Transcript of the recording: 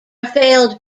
failed